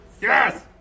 Yes